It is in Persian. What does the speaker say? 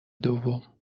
دوم